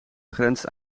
grenst